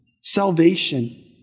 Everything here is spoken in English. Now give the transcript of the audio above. salvation